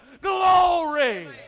glory